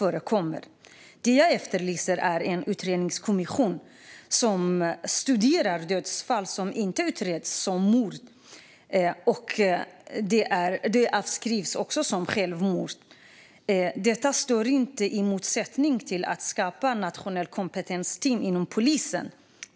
Vad jag efterlyser är en utredningskommission som studerar dödsfall som inte utreds som mord och fall som avskrivs som självmord. Det står inte i motsättning till att skapa ett nationellt kompetensteam inom polisen.